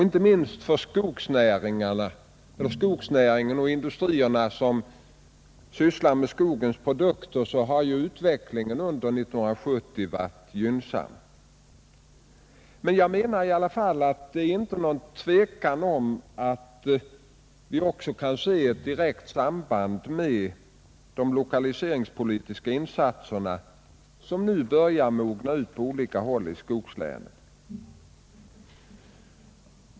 Inte minst för skogsnäringarna, för skogsbruket och de industrier som sysslar med skogens produkter, har utvecklingen under 1970 varit gynnsam. Men jag menar i alla fall att det inte råder någon tvekan om att vi kan se ett direkt samband med de lokaliseringspolitiska insatserna som nu börjar mogna ut på olika håll i skogslänen.